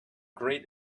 great